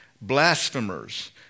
blasphemers